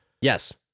Yes